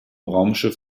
raumschiff